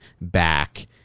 back